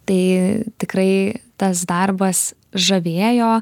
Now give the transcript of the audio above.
tai tikrai tas darbas žavėjo